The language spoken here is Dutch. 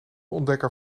ontdekker